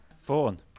Fawn